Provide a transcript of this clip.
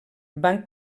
van